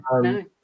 no